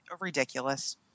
ridiculous